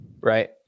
right